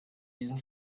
diesem